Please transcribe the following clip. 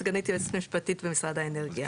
סגנית יועצת משפטית במשרד האנרגיה.